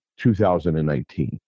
2019